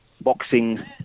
boxing